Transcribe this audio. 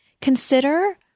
Consider